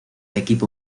equipo